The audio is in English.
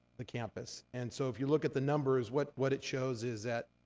the campus. and so, if you look at the numbers, what what it shows is that,